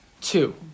two